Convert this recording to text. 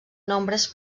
nombres